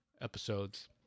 episodes